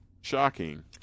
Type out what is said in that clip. Shocking